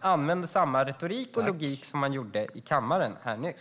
använde samma retorik och logik som man använde i kammaren nyss.